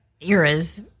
era's